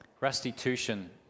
Restitution